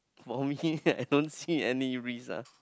for me I don't see any risks ah